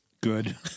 Good